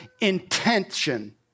intention